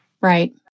Right